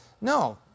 No